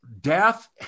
death